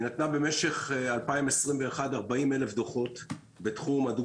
היא נתנה ב-2021 40,000 דוחות בתחום הדו